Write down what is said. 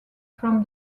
from